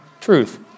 truth